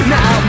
Now